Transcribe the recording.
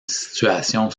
situation